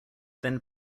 then